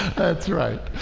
that's right,